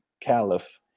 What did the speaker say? caliph